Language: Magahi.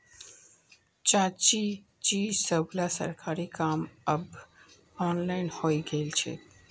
चाचाजी सबला सरकारी काम अब ऑनलाइन हइ गेल छेक